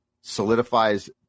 solidifies